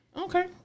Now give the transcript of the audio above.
Okay